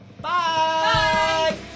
Bye